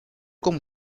como